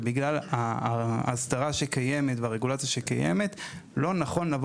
בגלל האסדרה והרגולציה שקיימת לא נכון לבוא